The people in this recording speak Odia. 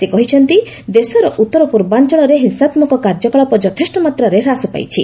ସେ କହିଛନ୍ତି ଦେଶର ଉତ୍ତର ପୂର୍ବାଞ୍ଚଳରେ ହିଂସାତ୍ମକ କାର୍ଯ୍ୟକଳାପ ଯଥେଷ୍ଟ ମାତ୍ରାରେ ହ୍ରାସ ପାଇଛି